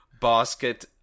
basket